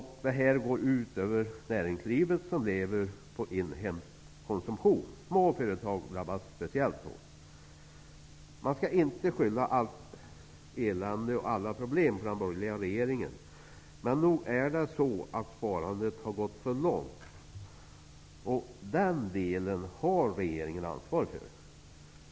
Det går ut över näringslivet, som lever på den inhemska konsumtionen. Små företag drabbas speciellt hårt. Man skall inte skylla allt elände och alla problem på den borgerliga regeringen. Men nog är det så att sparandet har gått för långt, och den delen har regeringen ansvar för.